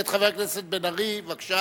לא עבר את הוועדה אתמול.